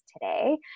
today